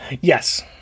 Yes